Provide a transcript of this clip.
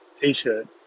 t-shirt